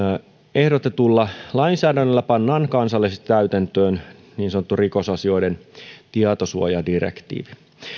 ehdotetulla lainsäädännöllä pannaan kansallisesti täytäntöön niin sanottu rikosasioiden tietosuojadirektiivi